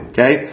Okay